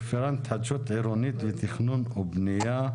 רפרנט התחדשות עירונית לתכנון ובנייה,